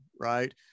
right